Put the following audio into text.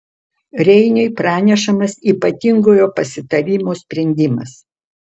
reiniui pranešamas ypatingojo pasitarimo sprendimas